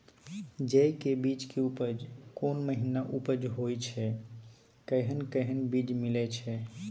जेय के बीज के उपज कोन महीना उपज होय छै कैहन कैहन बीज मिलय छै?